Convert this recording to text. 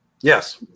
yes